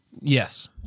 yes